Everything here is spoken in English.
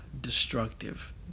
destructive